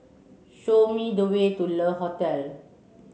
show me the way to Le Hotel